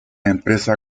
empresa